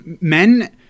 Men